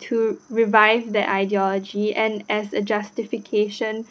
to revive the ideology and as a justification